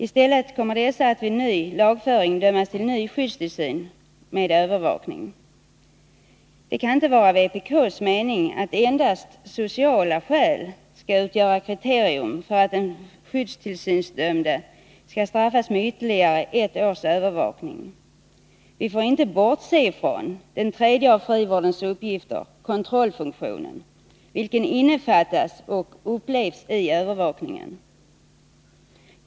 I stället kommer nu dessa att vid ny lagföring dömas till ny skyddstillsyn med övervakning. Det kan inte vara vpk:s mening att endast sociala skäl skall utgöra kriterium för att den skyddstillsynsdömde straffas med ytterligare ett års övervakning. Vi får inte bortse från den tredje av frivårdens uppgifter, kontrollfunktionen, vilken innefattas — så upplever man det — i övervakningen.